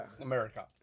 America